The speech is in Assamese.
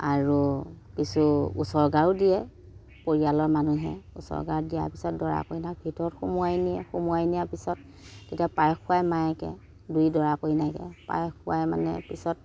আৰু কিছু উছৰ্গাও দিয়ে পৰিয়ালৰ মানুহে উছৰ্গা দিয়া পিছত দৰা কইনাক ভিতৰত সোমোৱাই নিয়ে সোমোৱাই নিয়াৰ পিছত তেতিয়া পায়স খোৱায় মাকে দুই দৰা কইনাকে পায়স খোৱাই মানে পিছত